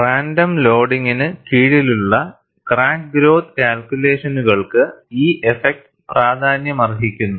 random ലോഡിംഗിന് കീഴിലുള്ള crack growth കാൽക്കുലേഷനുകൾക്ക് ഈ ഇഫക്റ്റ് പ്രാധാന്യമർഹിക്കുന്നു